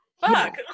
Fuck